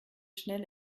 schnell